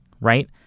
Right